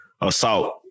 assault